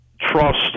trust